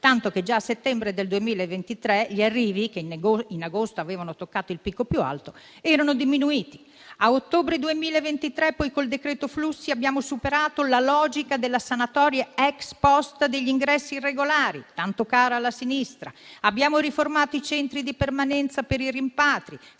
tanto che già a settembre del 2023 gli arrivi, che in agosto avevano toccato il picco più alto, erano diminuiti. A ottobre 2023, poi, col decreto flussi, abbiamo superato la logica della sanatoria *ex post* degli ingressi irregolari, tanto cara alla sinistra; abbiamo riformato i centri di permanenza per i rimpatri,